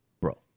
bro